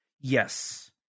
Yes